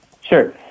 Sure